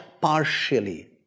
partially